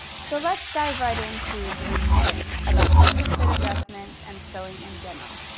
so let's dive right into the myths about custom fit adjustments and sewing in general.